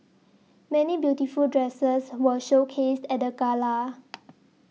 many beautiful dresses were showcased at the gala